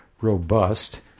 robust